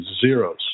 zeros